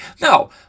No